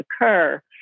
occur